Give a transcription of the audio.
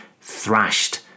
thrashed